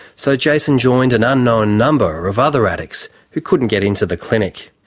so jason joined an unknown number of other addicts who couldn't get into the clinic.